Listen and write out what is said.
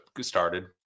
started